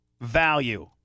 value